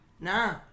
Nah